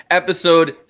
episode